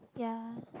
ya